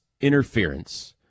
Interference